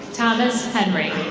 thomas henry.